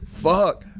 Fuck